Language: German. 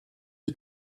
die